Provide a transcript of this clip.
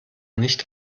nicht